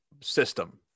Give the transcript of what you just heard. system